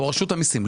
או רשות המיסים.